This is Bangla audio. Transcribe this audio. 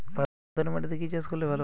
পাথরে মাটিতে কি চাষ করলে ভালো হবে?